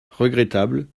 regrettables